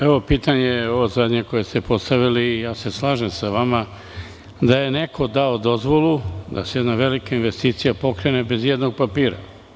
Vezano za zadnje pitanje koje ste postavili, slažem se sa vama da je neko dao dozvolu da se jedna velika investicija pokrene bez jednog papira.